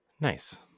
Nice